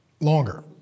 longer